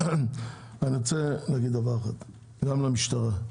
אני רוצה להגיד דבר אחד, גם למשטרה.